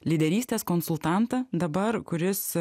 lyderystės konsultantą dabar kuris